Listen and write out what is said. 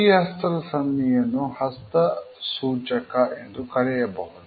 ಈ ಹಸ್ತದ ಸನ್ನಿಯನ್ನು ಹಸ್ತ ಸೂಚಕ ಎಂದು ಕರೆಯಬಹುದು